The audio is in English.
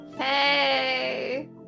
Hey